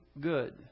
good